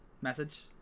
message